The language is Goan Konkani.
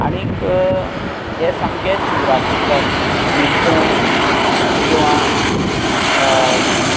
आनीक हे सामके शिवराग उरतात नुस्तें किंवा